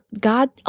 God